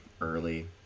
early